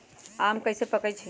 आम कईसे पकईछी?